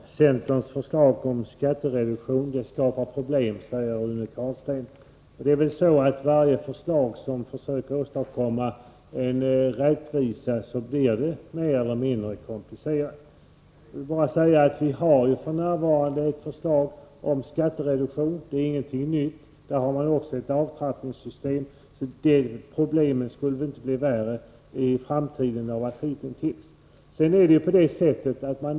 Fru talman! Centerns förslag om skattereduktion skapar problem, säger Rune Carlstein. Men varje förslag som försöker åstadkomma en rättvisa blir mer eller mindre komplicerat. Vi har f. n. ett förslag om skattereduktion. Det är ingenting nytt. Där har man också ett avtrappningssystem. Det problemet skulle väl inte bli värre i framtiden än det har varit hitintills.